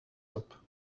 top